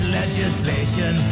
legislation